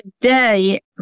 today